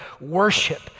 worship